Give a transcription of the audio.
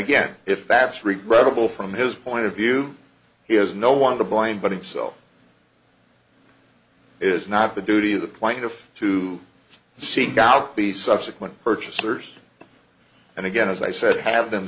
again if that's regrettable from his point of view he has no one to blame but himself is not the duty of the plaintiff to seek out the subsequent purchasers and again as i said have them